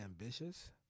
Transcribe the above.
ambitious